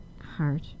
heart